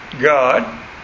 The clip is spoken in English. God